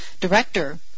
director